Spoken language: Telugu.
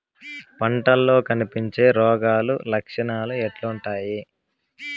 పంటల్లో కనిపించే రోగాలు లక్షణాలు ఎట్లుంటాయి?